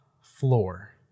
floor